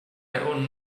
own